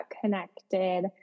connected